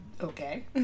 Okay